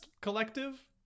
collective